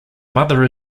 mother